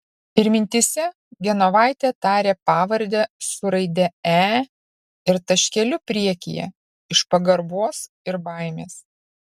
ir mintyse genovaitė taria pavardę su raide e ir taškeliu priekyje iš pagarbos ir baimės